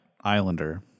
Islander